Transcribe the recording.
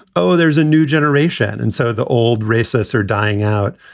oh, there's a new generation. and so the old racists are dying out.